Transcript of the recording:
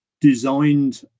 designed